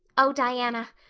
oh, diana,